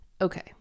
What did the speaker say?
Okay